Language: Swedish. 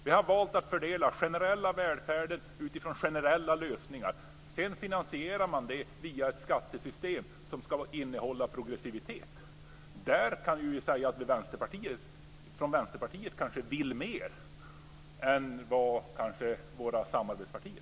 Vi har valt att fördela den generella välfärden med generella lösningar, som sedan finansieras via ett skattesystem som ska innehålla progressivitet. Här kan jag säga att vi från Vänsterpartiets sida kanske vill gå längre än våra samarbetspartier.